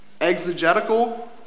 exegetical